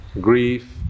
Grief